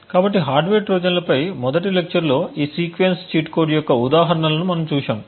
కాబట్టి హార్డ్వేర్ ట్రోజన్లపై మొదటి లెక్చర్లో ఈ సీక్వెన్స్ చీట్ కోడ్ యొక్క ఉదాహరణలను మనము చూశాము